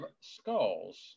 Skulls